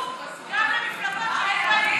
שזה חוק חשוב גם למפלגות שאין להן